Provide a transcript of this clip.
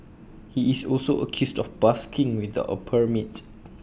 he is also accused of busking without A permit